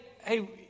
Hey